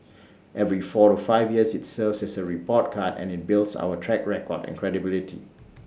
every four to five years IT serves as A report card and IT builds our track record and credibility